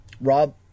Rob